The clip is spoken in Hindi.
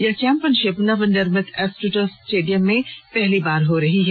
यह चैम्पियनशिप नवर्निमित एस्ट्रोटर्फ स्टेडियम में पहली बार हो रही है